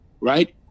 right